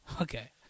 Okay